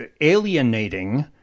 alienating